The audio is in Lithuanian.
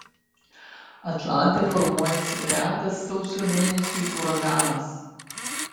atlante formuojasi retas sausio mėnesiui uraganas